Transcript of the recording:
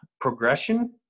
progression